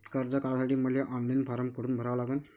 कर्ज काढासाठी मले ऑनलाईन फारम कोठून भरावा लागन?